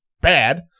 bad